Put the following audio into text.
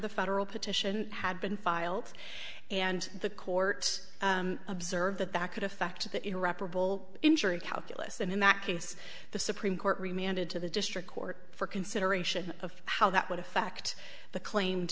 the federal petition had been filed and the courts observed that that could affect the irreparable injury calculus and in that case the supreme court reminded to the district court for consideration of how that would affect the claimed